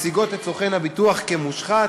מציגות את סוכן הביטוח כמושחת,